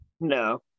No